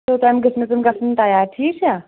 توٚتام گٔژھ مےٚ تِم گَژھٕنۍ تیار ٹھیٖک چھا